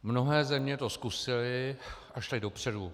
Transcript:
Mnohé země to zkusily a šly dopředu.